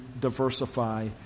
diversify